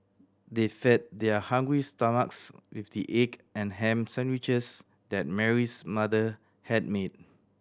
they fed their hungry stomachs with the egg and ham sandwiches that Mary's mother had made